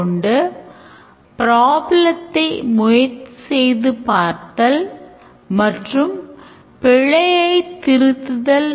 அவர் request செய்தாலும் செய்யாவிட்டாலும் இது ஒரு extension போல் தெரிகிறது